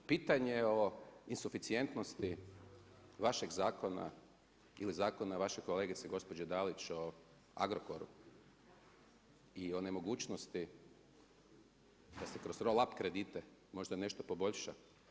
Pitanje o insuficijentnosti vašeg zakona ili zakona vaše kolegice gospođe Dalić o Agrokoru i o nemogućnosti da se kroz roll up kredite možda nešto poboljša?